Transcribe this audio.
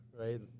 right